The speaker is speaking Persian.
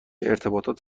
ارتباطات